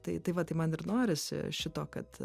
tai tai va tai man ir norisi šito kad